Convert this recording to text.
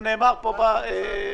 זה נאמר פה בוועדה.